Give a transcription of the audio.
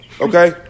Okay